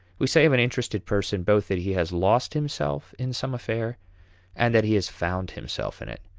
we say of an interested person both that he has lost himself in some affair and that he has found himself in it.